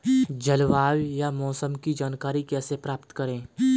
जलवायु या मौसम की जानकारी कैसे प्राप्त करें?